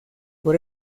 por